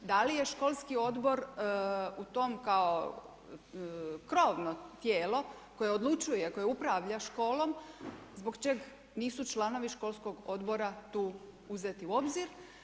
Da li je školski odbor u tom kao krovno tijelo koje odlučuje, koje upravlja školom, zbog čeg nisu članovi školskog odbora tu uzeti u obzir?